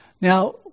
Now